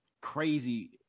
crazy